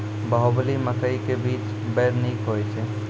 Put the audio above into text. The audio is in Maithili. बाहुबली मकई के बीज बैर निक होई छै